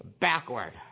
backward